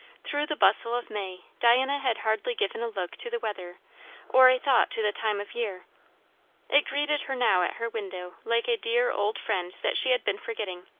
through the bustle of may, diana had hardly given a look to the weather or a thought to the time of year it greeted her now at her window like a dear old friend that she had been forgetting.